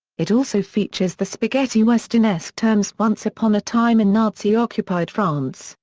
it also features the spaghetti-westernesque terms once upon a time in nazi occupied france,